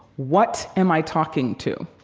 what am i talking to?